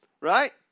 Right